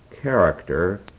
character